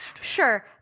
Sure